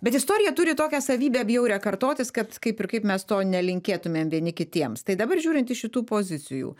bet istorija turi tokią savybę bjaurią kartotis kad kaip ir kaip mes to nelinkėtumėm vieni kitiems tai dabar žiūrint iš šitų pozicijų